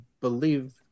believe